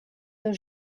des